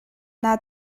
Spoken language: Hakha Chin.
naa